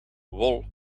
wol